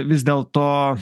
vis dėlto